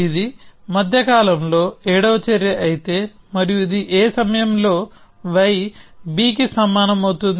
ఇది మధ్య కాలంలో ఏడవ చర్య అయితే మరియు ఇది ఏ సమయంలో yb కి సమానం అవుతుంది